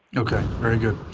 ok, very good.